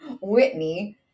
Whitney